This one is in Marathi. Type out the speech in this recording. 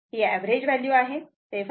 ही एव्हरेज व्हॅल्यू आहे